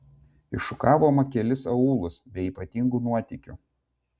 iššukavome kelis aūlus be ypatingų nuotykių